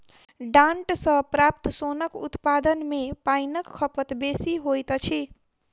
डांट सॅ प्राप्त सोनक उत्पादन मे पाइनक खपत बेसी होइत अछि